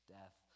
death